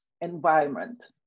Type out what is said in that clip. environment